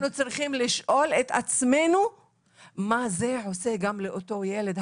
וגם אנחנו צריכים לשאול את עצמנו מה זה עושה גם לאותו ילד.